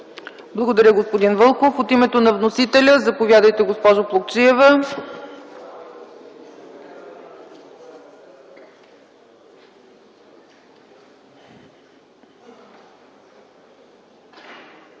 Благодаря, господин Вълков. От името на вносителя – заповядайте, госпожо Плугчиева.